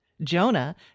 Jonah